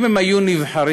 אם הם היו מתמודדים,